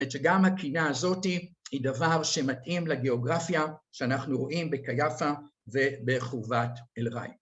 ושגם הקינה הזאתי היא דבר שמתאים לגיאוגרפיה שאנחנו רואים בקיאפה ובחורבת אלריי